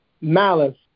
malice